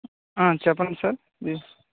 చెప్పండి sir this